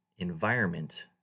environment